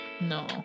No